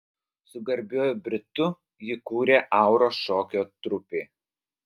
su garbiuoju britu jį kūrė auros šokio trupė